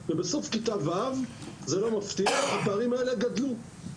ובסוף כיתה ו' הפערים האלה גדלו,